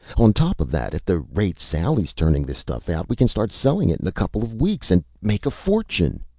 on top of that, at the rate sally's turning this stuff out, we can start selling it in a couple of weeks and make a fortune.